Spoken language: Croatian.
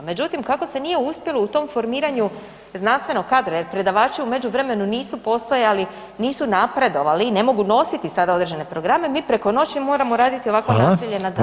Međutim, kako se nije uspjelo u tom formiranju znanstvenog kadra jer predavači u međuvremenu nisu postojali, nisu napredovali i ne mogu sada određene programe, mi preko noći moramo raditi ovakvo nasilje nad zakonima.